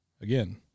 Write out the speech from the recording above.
again